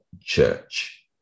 church